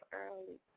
early